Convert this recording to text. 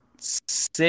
six